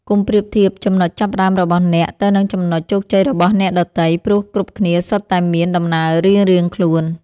កុំប្រៀបធៀបចំណុចចាប់ផ្តើមរបស់អ្នក ទៅនឹងចំណុចជោគជ័យរបស់អ្នកដទៃ ព្រោះគ្រប់គ្នាសុទ្ធតែមានដំណើររៀងៗខ្លួន។